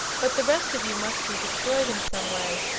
but the rest of you must be destroyed in some way,